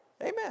Amen